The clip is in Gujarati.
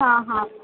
હાં હાં